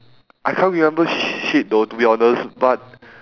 I can't remember shit though to be honest but